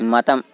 मतम्